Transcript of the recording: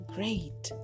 Great